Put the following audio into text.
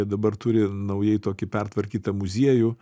dabar turi naujai tokį pertvarkytą muziejų